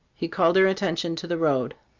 he called her attention to the road.